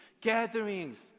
gatherings